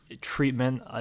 treatment